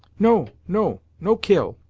no no no kill,